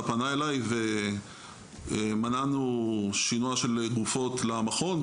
פנה אליי ומנענו שינוע של גופות למכון,